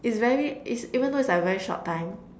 it's very it's even though it's like a very short time